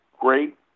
great